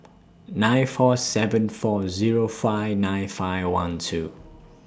nine four seven four Zero five nine five one two